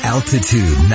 Altitude